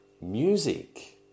music